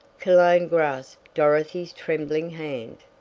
cologne grasped dorothy's trembling hand.